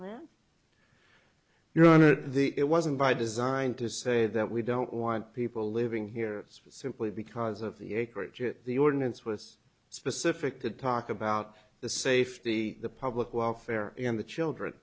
offender your honor it wasn't by design to say that we don't want people living here simply because of the acreage at the ordinance was specific to talk about the safety the public welfare in the children